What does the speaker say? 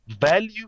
value